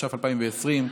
התש"ף 2020,